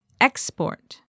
Export